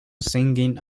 singing